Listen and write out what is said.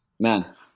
man